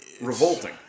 revolting